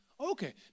okay